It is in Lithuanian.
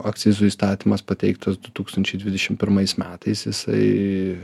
akcizų įstatymas pateiktas du tūkstančiai dvidešim pirmais metais jisai